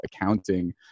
accounting